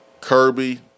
Kirby